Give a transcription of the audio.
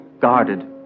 guarded